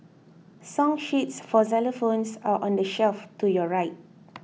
song sheets for xylophones are on the shelf to your right